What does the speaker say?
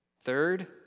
Third